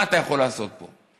מה אתה יכול לעשות פה?